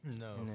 no